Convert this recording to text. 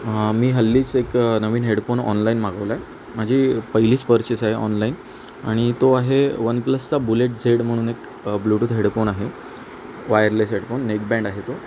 हां मी हल्लीच एक नवीन हेडफोन ऑनलाईन मागवला आहे माझी पहिलीच पर्चेस आहे ऑनलाईन आणि तो आहे वन प्लसचा बुलेट झेड म्हणून एक ब्लूटूथ हेडफोन आहे वायरलेस हेडफोन नेकबँड आहे तो